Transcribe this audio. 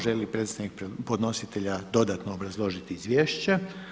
Želi li predstavnik podnositelja dodatno obrazložiti izvješća?